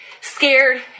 scared